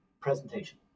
presentation